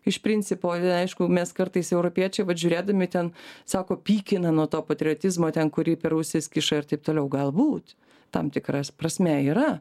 iš principo aišku mes kartais europiečiai vat žiūrėdami ten sako pykina nuo to patriotizmo ten kurį per ausis kiša ir taip toliau galbūt tam tikra prasme yra